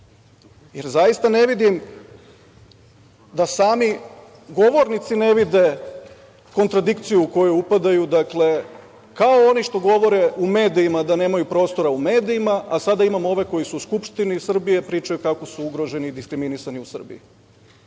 Jer, zaista ne vidim da sami govornici ne vide kontradikciju u koju upadaju, dakle, kao oni što govore u medijima da nemaju prostora u medijima, a sada imamo ove koji su u Skupštini Srbije pričaju kako su ugroženi i diskriminisani u Srbiji.O